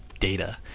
data